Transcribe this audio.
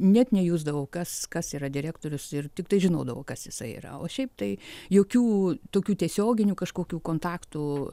net nejusdavau kas kas yra direktorius ir tiktai žinodavau kas jisai yra o šiaip tai jokių tokių tiesioginių kažkokių kontaktų